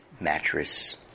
mattress